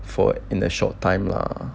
for in a short time lah